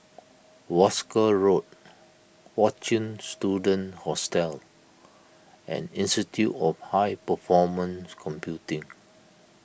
Wolskel Road fortune Students Hostel and Institute of High Performance Computing